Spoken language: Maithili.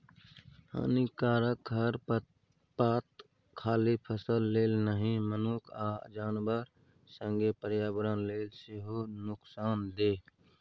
हानिकारक खरपात खाली फसल लेल नहि मनुख आ जानबर संगे पर्यावरण लेल सेहो नुकसानदेह